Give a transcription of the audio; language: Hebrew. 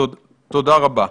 תודה רבה.